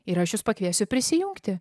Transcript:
ir aš jus pakviesiu prisijungti